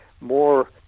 more